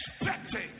expecting